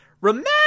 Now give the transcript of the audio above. Remember